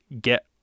get